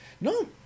No